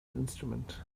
instrument